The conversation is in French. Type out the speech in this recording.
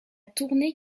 tournée